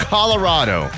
Colorado